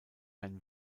ein